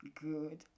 good